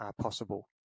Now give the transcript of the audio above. possible